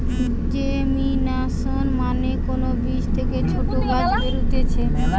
germination মানে কোন বীজ থেকে ছোট গাছ বেরুতিছে